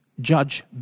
judge